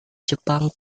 jepang